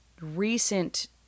recent